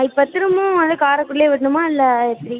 இப்போ திரும்பவும் வந்து காரைக்குடிலேயே விடுணுமா இல்லை எப்படி